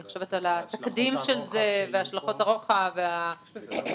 אני חושבת על התקדים של זה והשלכות הרוחב של זה.